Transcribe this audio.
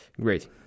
Great